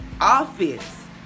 office